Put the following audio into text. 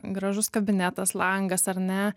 gražus kabinetas langas ar ne